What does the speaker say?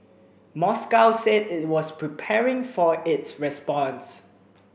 Moscow said it was preparing for its response